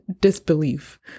disbelief